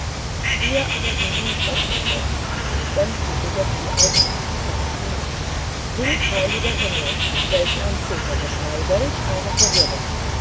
wie er aber den mund öffnete und sämtliche jetzt die augen nach ihm wandten hilf heiliger himmel welche ein zetergeschrei welch eine verwirrung